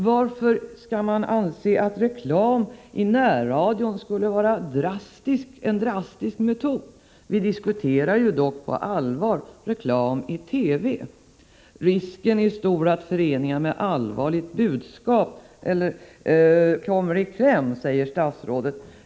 Varför skall reklam i närradion anses vara en drastisk metod? Vi diskuterar dock på allvar reklam i TV. Risken är stor att föreningar med allvarligt budskap kommer i kläm, säger statsrådet.